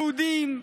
יהודים,